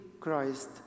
Christ